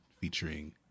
featuring